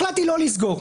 החלטתי לא לסגור.